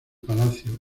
palacio